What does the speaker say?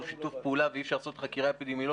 שיתוף פעולה ואי אפשר לעשות חקירה אפידמיולוגית,